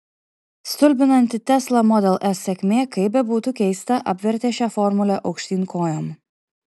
stulbinanti tesla model s sėkmė kaip bebūtų keista apvertė šią formulę aukštyn kojom